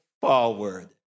forward